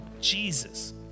Jesus